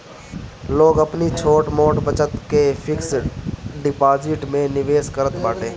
लोग अपनी छोट मोट बचत के फिक्स डिपाजिट में निवेश करत बाटे